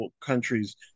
countries